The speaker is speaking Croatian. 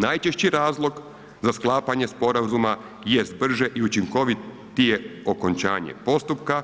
Najčešći razlog za sklapanje sporazuma jest brže i učinkovitije okončanje postupka,